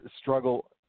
struggle